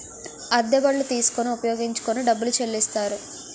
అద్దె బళ్ళు తీసుకొని ఉపయోగించుకొని డబ్బులు చెల్లిస్తారు